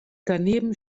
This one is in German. daneben